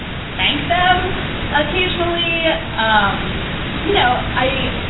spank them occasionally. um you know, i,